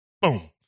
Boom